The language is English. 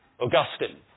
Augustine